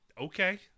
Okay